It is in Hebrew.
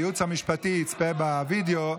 הייעוץ המשפטי יצפה בווידיאו,